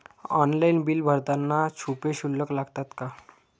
Online bill भरताना छुपे शुल्क लागतात का?